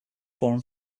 forum